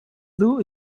loo